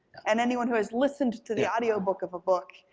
and anyone who has listened to the audiobook of a book,